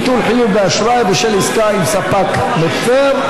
ביטול חיוב באשראי בשל עסקה עם ספק מפר),